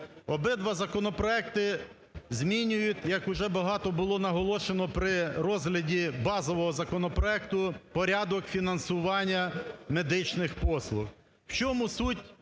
Обидва законопроекти змінюють, як уже багато було наголошено при розгляді базового законопроекту, порядок фінансування медичних послуг. В чому суть